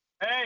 Hey